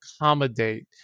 accommodate